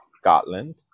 Scotland